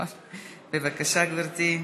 בבקשה, גברתי,